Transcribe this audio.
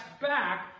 back